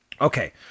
Okay